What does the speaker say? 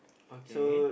okay